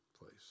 place